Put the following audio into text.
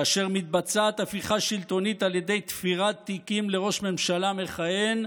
כאשר מתבצעת הפיכה שלטונית על ידי תפירת תיקים לראש ממשלה מכהן,